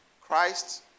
Christ